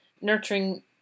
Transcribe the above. nurturing